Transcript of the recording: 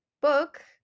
book